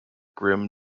grimm